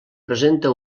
presenta